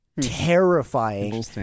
terrifying